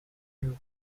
you